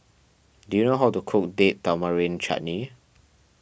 do you know how to cook Date Tamarind Chutney